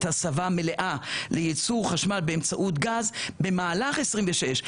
ההסבה המלאה ליצור חשמל באמצעות גז במהלך 2026,